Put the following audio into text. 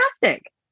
fantastic